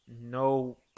no